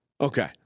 Okay